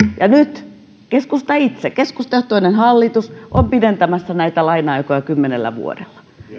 ja nyt keskusta itse keskustajohtoinen hallitus on pidentämässä näitä laina aikoja kymmenellä vuodella